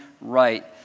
right